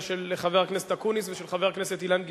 של חבר הכנסת אקוניס ושל חבר הכנסת אילן גילאון,